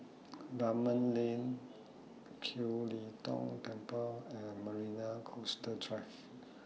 Dunman Lane Kiew Lee Tong Temple and Marina Coastal Drive